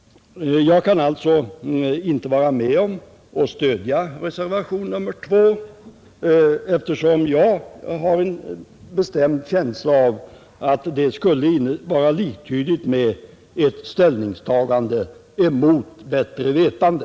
Jag kan alltså inte vara med om att stödja reservationen 1, eftersom jag har en bestämd känsla av att det skulle vara liktydigt med ett ställningstagande mot bättre vetande.